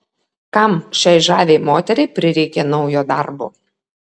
kam šiai žaviai moteriai prireikė naujo darbo